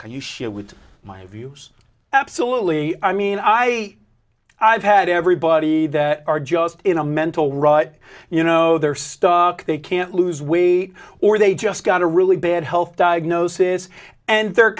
can you share with my view absolutely i mean i have had everybody that are just in a mental rut you know they're stuck they can't lose weight or they just got a really bad health diagnosis and they're